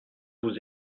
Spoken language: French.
vous